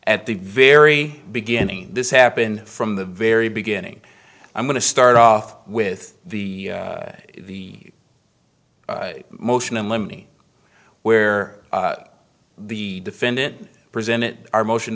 at the very beginning this happened from the very beginning i'm going to start off with the the motion in limine where the defendant presented our motion